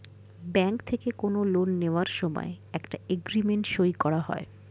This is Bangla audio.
ব্যাঙ্ক থেকে কোনো লোন নেওয়ার সময় একটা এগ্রিমেন্ট সই করা হয়